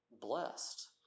blessed